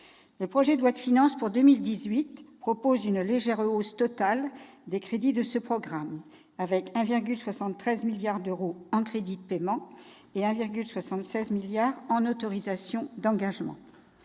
Le projet de loi de finances pour 2018 prévoit une légère hausse du total des crédits de ce programme, avec 1,73 milliard d'euros en crédits de paiement et 1,76 milliard d'euros en autorisations d'engagement.